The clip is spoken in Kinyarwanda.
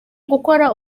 gukora